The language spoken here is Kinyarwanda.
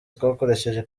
twakoresheje